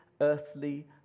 earthly